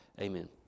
Amen